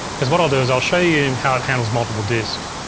cause what i'll do is i'll show you how it handles multiple disks.